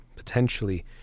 potentially